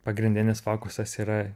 pagrindinis fokusas yra